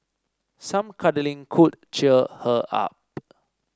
some cuddling could cheer her up